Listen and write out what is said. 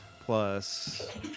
plus